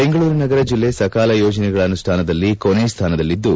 ಬೆಂಗಳೂರು ನಗರ ಜಿಲ್ಲೆ ಸಕಾಲ ಯೋಜನೆಗಳ ಅನುಷ್ಠಾನದಲ್ಲಿ ಕೊನೆ ಸ್ಥಾನದಲ್ಲಿದ್ದು